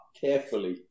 carefully